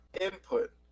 input